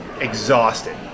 exhausted